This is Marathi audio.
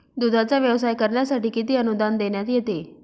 दूधाचा व्यवसाय करण्यासाठी किती अनुदान देण्यात येते?